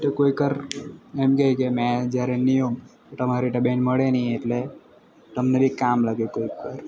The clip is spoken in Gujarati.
તો કોઈક વાર એમ કે કે મેં જ્યારે નહીં હોઉં તમારે તો બેન મળે નહીં એટલે તમને કામ લાગે કોઈક વાર